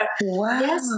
Wow